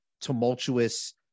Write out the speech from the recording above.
tumultuous